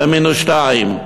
במינוס שתיים,